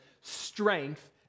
strength